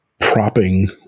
propping